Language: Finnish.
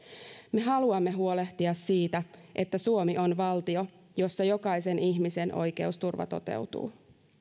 me haluamme huolehtia siitä että suomi on valtio jossa jokaisen ihmisen oikeusturva toteutuu